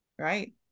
Right